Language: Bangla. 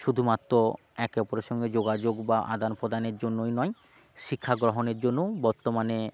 শুধুমাত্র একে অপরের সঙ্গে যোগাযোগ বা আদান প্রদানের জন্যই নয় শিক্ষা গ্রহণের জন্যও বর্তমানে